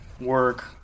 work